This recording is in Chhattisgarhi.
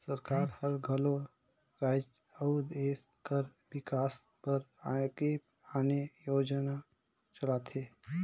सरकार हर घलो राएज अउ देस कर बिकास बर आने आने योजना चलाथे